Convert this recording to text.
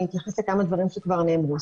אני אתייחס לכמה דברים שכבר נאמרו.